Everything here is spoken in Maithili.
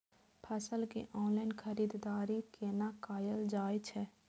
फसल के ऑनलाइन खरीददारी केना कायल जाय छै?